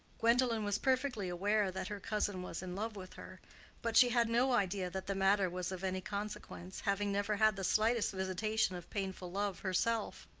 gwendolen was perfectly aware that her cousin was in love with her but she had no idea that the matter was of any consequence, having never had the slightest visitation of painful love herself.